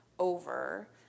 Over